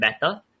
better